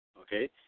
okay